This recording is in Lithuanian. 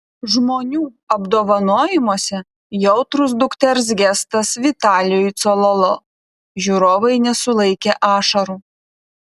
žmonių apdovanojimuose jautrus dukters gestas vitalijui cololo žiūrovai nesulaikė ašarų